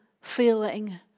feeling